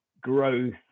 growth